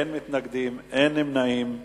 אין מתנגדים ואין נמנעים.